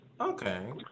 Okay